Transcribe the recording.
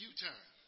U-turn